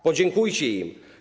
Podziękujcie im.